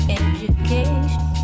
education